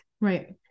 Right